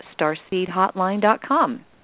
starseedhotline.com